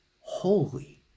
holy